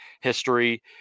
history